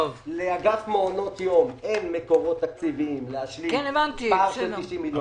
לאגף מעונות יום אין מקורות תקציביים להשלים פער של 90 מיליון שקלים.